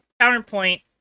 counterpoint